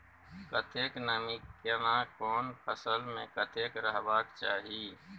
कतेक नमी केना कोन फसल मे कतेक रहबाक चाही?